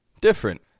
different